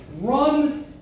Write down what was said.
Run